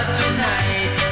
tonight